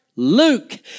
Luke